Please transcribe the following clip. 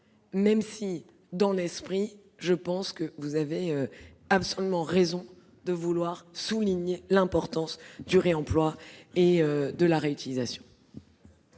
même si, dans l'esprit, je pense que vous avez absolument raison de vouloir souligner l'importance du réemploi et de la réutilisation.